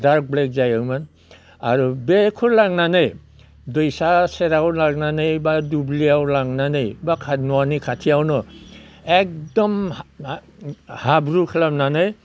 dark black जायोमोन आरो बेखौ लांनानै दैसा सेराव लांनानै बा दुब्लियाव लांनानै बा न'नि खाथियावनो एखदम हाब्रु खालामनानै